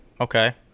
Okay